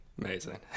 Amazing